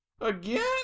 Again